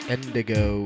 Indigo